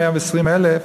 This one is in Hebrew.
120,000,